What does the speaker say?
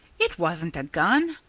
it wasn't a gun.